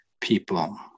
people